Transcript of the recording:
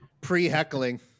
pre-heckling